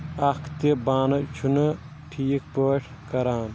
اَکھ تہِ بانہٕ چھُنہٕ ٹھیٖک پاٹھۍ کَران